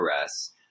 arrests